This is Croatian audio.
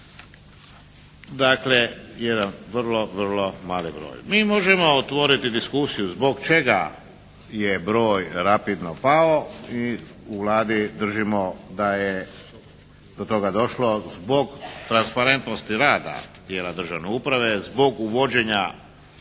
dakle jedan vrlo vrlo mali broj. Mi možemo otvoriti diskusiju zbog čega je broj rapidno pao i u Vladi držimo da je do toga došlo zbog transparentnosti rada tijela državne uprave, zbog uvođenja